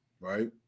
right